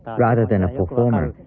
rather than a performer.